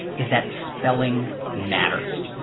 is that spelling matters.